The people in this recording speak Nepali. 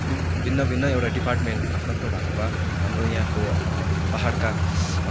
भि भिन्न भिन्न एउटा डिपार्टमेन्ट आफ्नो आफ्नो भएको भए हाम्रो यहाँको पाहाडका